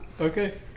Okay